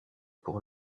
pour